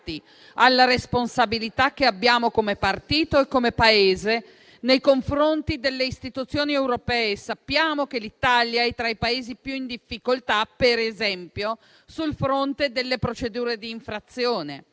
alla responsabilità che abbiamo come partito e come Paese nei confronti delle istituzioni europee. Sappiamo che l'Italia è tra i Paesi più in difficoltà per esempio sul fronte delle procedure di infrazione.